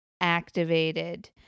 activated